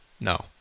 No